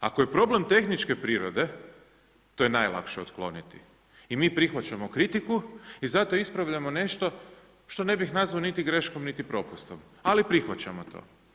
Ako je problem tehničke prirode, to je najlakše otkloniti i mi prihvaćamo kritiku i zato ispravljamo nešto što ne bi nazvao niti greškom niti propustom, ali prihvaćamo to.